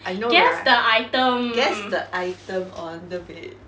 I know right guess the item on the bed